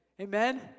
Amen